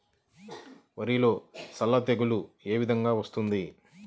వరిలో సల్ల తెగులు ఏ విధంగా వస్తుంది?